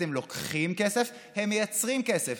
אתם לוקחים כסף, הם מייצרים כסף.